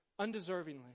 undeservingly